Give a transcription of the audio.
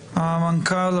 המנכ"ל,